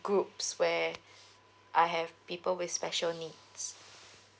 groups where I have people with special needs